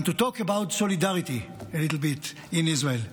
talk a little bit about solidarity in Israel.